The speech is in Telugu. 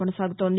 కొనసాగుతోంది